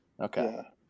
Okay